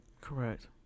Correct